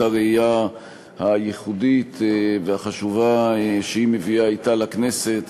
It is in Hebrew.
הראייה הייחודית והחשובה שהיא מביאה אתה לכנסת